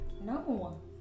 No